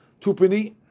Tupini